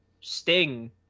Sting